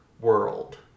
World